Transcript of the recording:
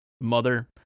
mother